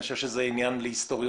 אני חושב שזה עניין להיסטוריונים.